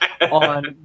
on